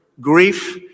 grief